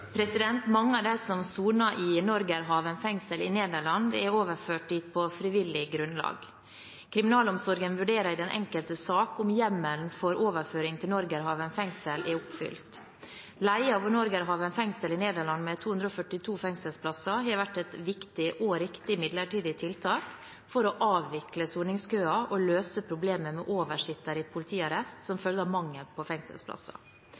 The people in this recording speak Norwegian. dag?» Mange av dem som soner i Norgerhaven fengsel i Nederland, er overført dit på frivillig grunnlag. Kriminalomsorgen vurderer i den enkelte sak om hjemmelen for overføring til Norgerhaven fengsel er oppfylt. Leie av Norgerhaven fengsel i Nederland med 242 fengselsplasser har vært et viktig og riktig midlertidig tiltak for å avvikle soningskøer og løse problemet med oversittere i politiarrest som følge av mangel på fengselsplasser.